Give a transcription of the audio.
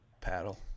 paddle